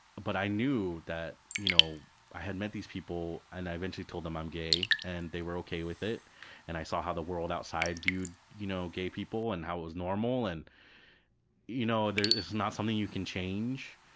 but i knew that you know i had met these people and i eventually told them i'm gay and they were ok with it and i saw how the world outside viewed you know gay people and how it was normal and you know that it's not something you can change.